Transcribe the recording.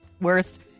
worst